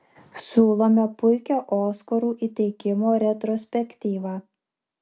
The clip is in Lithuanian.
siūlome puikią oskarų įteikimo retrospektyvą